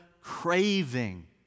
craving